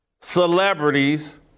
Celebrities